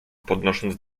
podnosząc